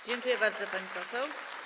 Dziękuję bardzo, pani poseł.